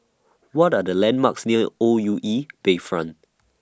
What Are The landmarks near O U E Bayfront